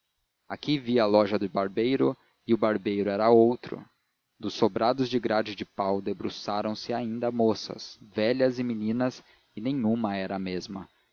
aqui via a loja de barbeiro e o barbeiro era outro dos sobrados de grade de pau debruçaram se ainda moças velhas e meninas e nenhuma era a mesma